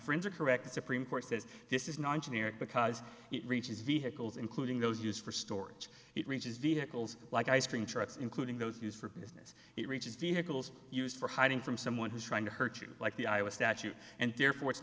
friends are correct the supreme court says this is non generic because it reaches vehicles including those used for storage it reaches vehicles like ice cream trucks including those used for business it reaches vehicles used for hiding from someone who's trying to hurt you like the i was statute and therefore it's